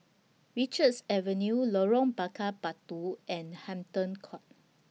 Richards Avenue Lorong Bakar Batu and Hampton Court